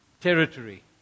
territory